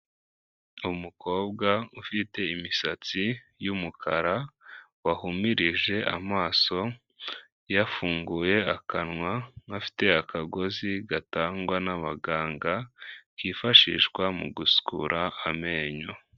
Umukobwa ufite imisatsi y'umukara wahumirije amaso, yafunguye akanwa afite akagozi gatangwa n'abaganga, kifashishwa mu gusukura amenyo.